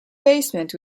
basement